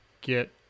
get